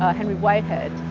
henry whitehead,